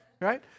right